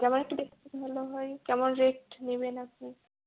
যেমন একটু ভালো হয় কেমন রেট নেবেন আপনি